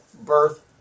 birth